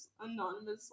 anonymously